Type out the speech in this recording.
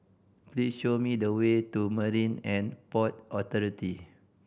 please show me the way to Marine And Port Authority